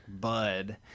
bud